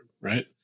right